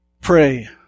Pray